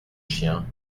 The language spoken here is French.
chien